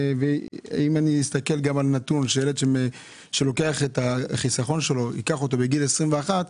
אם אסתכל על הנתון על ילד שייקח את החיסכון שלו בגיל 21,